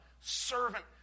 servant